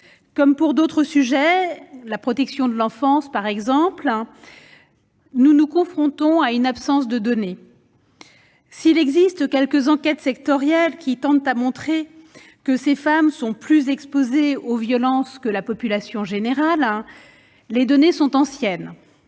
Comme pour d'autres sujets, par exemple la protection de l'enfance, nous sommes confrontés à une absence de données. S'il existe quelques enquêtes sectorielles qui tendent à montrer que ces femmes sont plus exposées aux violences que la population générale, ces données sont anciennes.